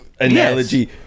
analogy